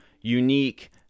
unique